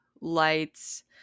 lights